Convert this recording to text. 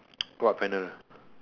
what panel